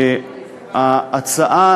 ההצעה